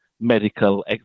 medical